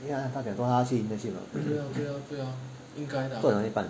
因为她讲说她去 internship mah 做两年半